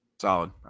Solid